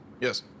yes